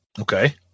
Okay